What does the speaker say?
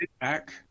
back